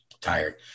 tired